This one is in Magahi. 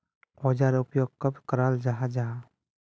औजार उपयोग कब कराल जाहा जाहा?